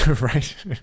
Right